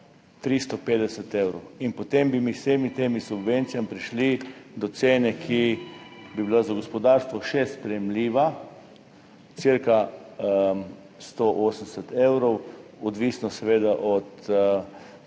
350 evrov in potem bi mi z vsemi temi subvencijami prišli do cene, ki bi bila za gospodarstvo še sprejemljiva, cirka 180 evrov, odvisno seveda od